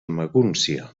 magúncia